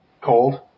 Cold